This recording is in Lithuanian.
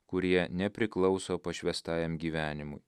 kurie nepriklauso pašvęstajam gyvenimui